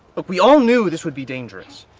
look, we all knew this would be dangerous.